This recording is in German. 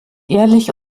ehrlich